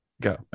Go